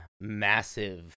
massive